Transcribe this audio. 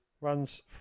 runs